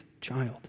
child